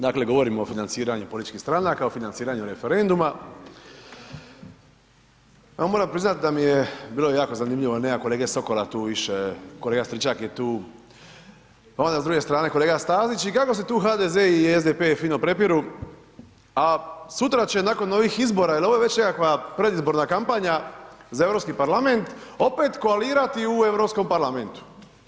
Dakle, govorimo o financiranju političkih stranaka, o financiranju referenduma, ja moram priznati da mi je bilo jako zanimljivo, nema kolege Sokola tu više, kolega Stričak je tu, pa onda s druge strane kolega Stazić, i kako se tu HDZ i SDP fino prepiru, a sutra će nakon ovih izbora, jel' ovo je već nekakva predizborna kampanja za Europski parlament, opet koalirati u Europskom parlamentu.